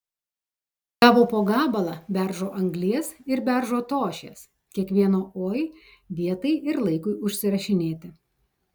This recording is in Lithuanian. gavo po gabalą beržo anglies ir beržo tošies kiekvieno oi vietai ir laikui užsirašinėti